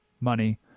money